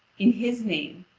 in his name,